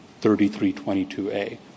3322A